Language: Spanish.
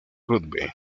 rugby